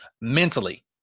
Mentally